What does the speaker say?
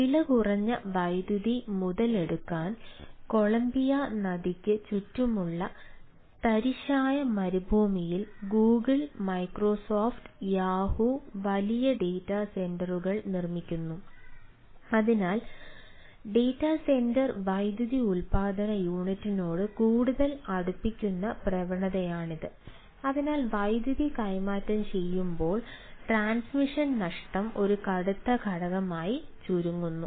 വിലകുറഞ്ഞ ജലവൈദ്യുതി മുതലെടുക്കാൻ കൊളംബിയ നദിക്ക് ചുറ്റുമുള്ള തരിശായ മരുഭൂമിയിൽ ഗൂഗിൾ നഷ്ടം ഒരു കടുത്ത ഘടകമായി ചുരുങ്ങുന്നു